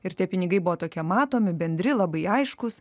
ir tie pinigai buvo tokie matomi bendri labai aiškūs